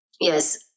yes